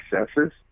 successes